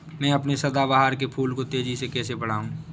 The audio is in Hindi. मैं अपने सदाबहार के फूल को तेजी से कैसे बढाऊं?